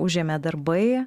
užėmė darbai